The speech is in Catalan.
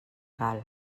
cal